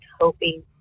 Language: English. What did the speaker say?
hoping